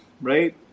right